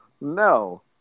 No